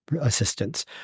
assistance